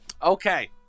Okay